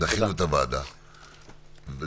דחינו את הוועדה ל-11:30,